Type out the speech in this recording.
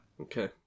Okay